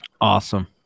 awesome